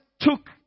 took